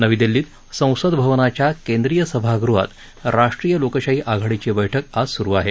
नवी दिल्लीत संसद भवनाच्या केंद्रीय सभागृहात राष्ट्रीय लोकशाही आघाडीची बैठक आज सुरु आहे